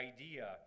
idea